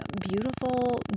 beautiful